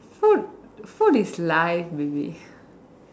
food food is life baby